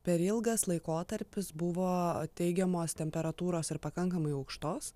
per ilgas laikotarpis buvo teigiamos temperatūros ir pakankamai aukštos